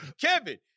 Kevin